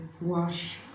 wash